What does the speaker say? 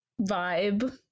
vibe